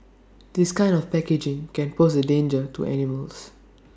this kind of packaging can pose A danger to animals